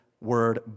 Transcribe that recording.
word